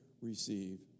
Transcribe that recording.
receive